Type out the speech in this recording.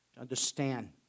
understand